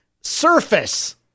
surface